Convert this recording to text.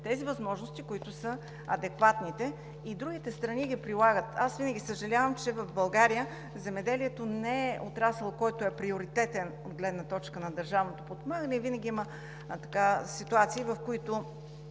тези възможности, които са адекватните и другите страни ги прилагат. Винаги съжалявам, че в България земеделието не е отрасъл, който е приоритетен, от гледна точка на държавното подпомагане, винаги има ситуации, в които